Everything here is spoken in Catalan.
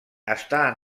està